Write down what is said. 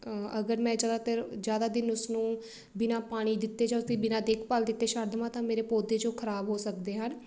ਅਗਰ ਮੈਂ ਜ਼ਿਆਦਾਤਰ ਜ਼ਿਆਦਾ ਦਿਨ ਉਸ ਨੂੰ ਬਿਨਾ ਪਾਣੀ ਦਿੱਤੇ ਜਾਂ ਉਸਦੀ ਬਿਨਾ ਦੇਖਭਾਲ ਦਿੱਤੇ ਛੱਡ ਦੇਵਾਂ ਤਾਂ ਮੇਰੇ ਪੌਦੇ ਜੋ ਖਰਾਬ ਹੋ ਸਕਦੇ ਹਨ